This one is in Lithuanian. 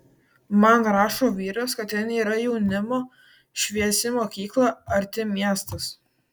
man rašo vyras kad ten yra jaunimo šviesi mokykla arti miestas